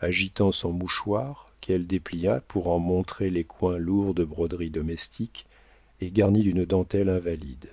agitant son mouchoir qu'elle déplia pour en montrer les coins lourds de broderies domestiques et garnis d'une dentelle invalide